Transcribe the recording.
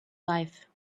life